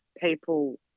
people